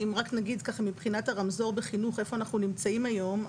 אם רק נגיד מבחינת הרמזור בחינוך איפה אנחנו נמצאים היום,